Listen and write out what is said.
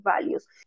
values